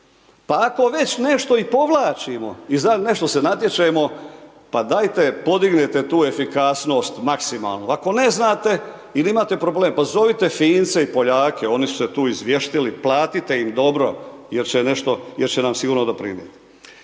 pa ako već nešto i povlačimo i za nešto se natječemo, pa dajte podignite tu efikasnost maksimalno. Ako ne znate, ili imate problem, pa zovite Fince i Poljake, oni su se tu izvještili, platite im dobro, jer će nešto, jer će nam sigurno doprinijet.